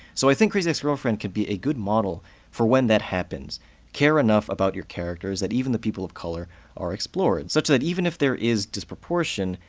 so i think crazy ex-girlfriend can be a good model for when that happens care enough about your characters that even the people of color are explored, such that even if there is disproportion,